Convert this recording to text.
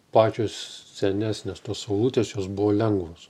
pačios senesnės tos saulutės jos buvo lengvos